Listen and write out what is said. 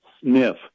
sniff